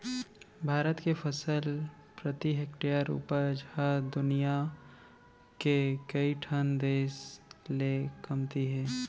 भारत के फसल प्रति हेक्टेयर उपज ह दुनियां के कइ ठन देस ले कमती हे